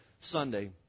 Sunday